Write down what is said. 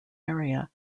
area